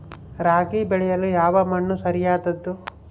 ರಾಗಿ ಬೆಳೆಯಲು ಯಾವ ಮಣ್ಣು ಸರಿಯಾದದ್ದು?